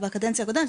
בקדנציה הקודמת,